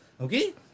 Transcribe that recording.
Okay